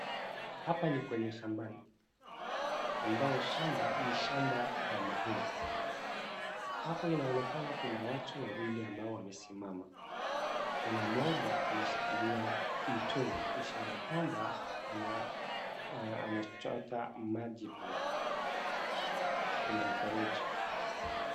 Hapa ni kwenye shamba. Ambao shamba ni shamba ya mahindi. Hapo inaonekana kuna watu wawili ambao wamesimama. Kuna mmoja ameshikilia mtungi ishara kwamba anachota maji pale. Kwenye mfereji.